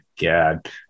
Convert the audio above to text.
God